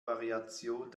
variation